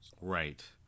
Right